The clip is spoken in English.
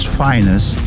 finest